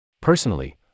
Personally